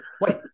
Wait